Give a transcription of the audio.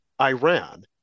Iran